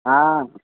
हा